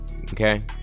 okay